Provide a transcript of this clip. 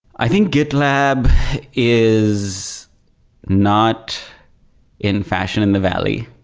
i think gitlab is not in fashion in the valley.